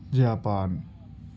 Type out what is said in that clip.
Japan